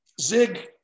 zig